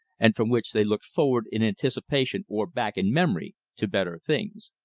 and from which they looked forward in anticipation or back in memory to better things.